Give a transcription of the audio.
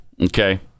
Okay